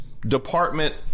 department